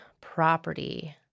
property